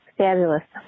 fabulous